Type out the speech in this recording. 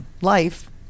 life